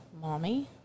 mommy